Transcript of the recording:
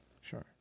sure